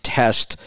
test